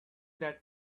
that